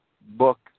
book